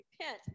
repent